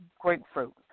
grapefruit